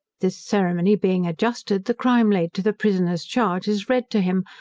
this ceremony being adjusted, the crime laid to the prisoner's charge is read to him,